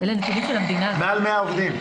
מעל 100 עובדים.